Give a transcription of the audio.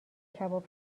کباب